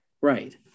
right